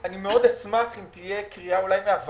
אין בעיה, אוכל למשוך את הרביזיה.